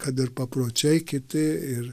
kad ir papročiai kiti ir